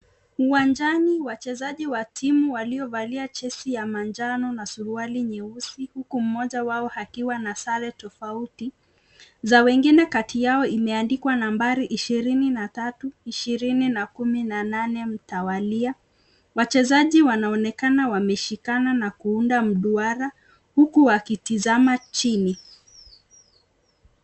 Uwanjani, wachezaji wa timu waliovalia jezi ya manjano na suruali nyeusi, huku mmoja wao akiwa na sare tofauti. Za wengine kati yao zimeandikwa nambari ishirini na tatu ishirini na kumi na nane mtawalia. Wachezaji wanaonekana wameshikana na kuunda mduara huku wakitazama chini.